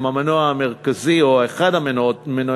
הם המנוע המרכזי או אחד ממנועי